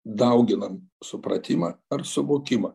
dauginam supratimą ar suvokimą